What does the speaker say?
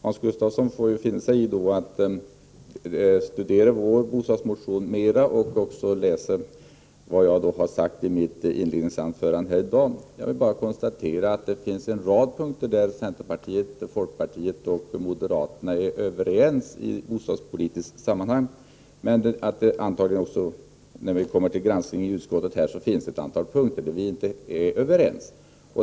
Hans Gustafsson får lov att studera vår bostadsmotion mer och även läsa vad jag sade i mitt inledningsanförande här i dag. Det finns en rad punkter där centerpartiet, folkpartiet och moderaterna är överens inom bostadspolitiken, men när vi kommer till en granskning i utskottet kommer vi antagligen att se att det finns ett antal punkter där vi inte är överens.